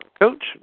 coach